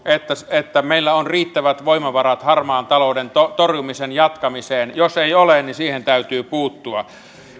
että meillä on riittävät voimavarat harmaan talouden torjumisen jatkamiseen jos ei ole niin siihen täytyy puuttua